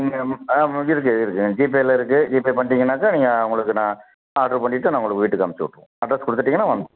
இங்கே ஆ இருக்கு இருக்கு ம் ஜிபேவில இருக்கு ஜிபே பண்ணிட்டிங்கன்னாக்கா நீங்கள் உங்களுக்கு நான் ஆட்ரு பண்ணிவிட்டு நான் உங்களுக்கு வீட்டுக்கு அமுச்சு விட்ருவேன் அட்ரெஸ் கொடுத்துட்டீங்கன்னா வந்துரும்